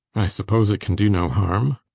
i suppose it can do no harm?